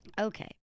Okay